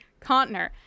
Contner